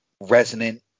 resonant